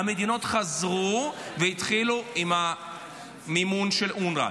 המדינות חזרו והתחילו לממן את אונר"א.